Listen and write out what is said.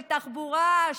של תחבורה,